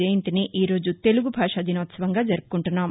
జయంతిని ఈరోజు తెలుగు భాషా దినోత్సవంగా జరుపుకుంటున్నాం